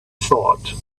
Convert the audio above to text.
thought